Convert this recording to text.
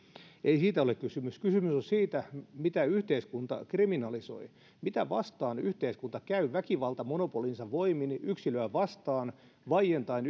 ei siitä ole kysymys kysymys on siitä mitä yhteiskunta kriminalisoi mitä vastaan yhteiskunta käy väkivaltamonopolinsa voimin yksilöä vastaan vaientaen